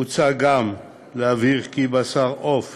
מוצע גם להבהיר כי בשר עוף